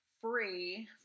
free